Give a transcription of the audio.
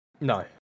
No